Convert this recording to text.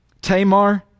Tamar